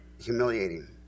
humiliating